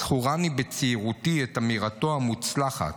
זכורה לי מצעירותי אמירתו המוצלחת,